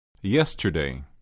Yesterday